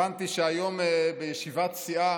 הבנתי שהיום בישיבת סיעה